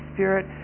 Spirit